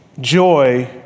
joy